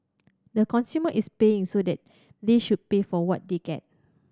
the consumer is paying so they they should pay for what they get